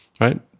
right